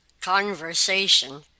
conversation